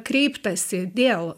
kreiptasi dėl